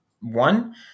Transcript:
one